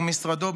ומשרדו,